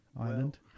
island